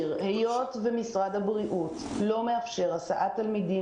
היות ומשרד הבריאות לא מאפשר הסעת תלמידים